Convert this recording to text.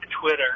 Twitter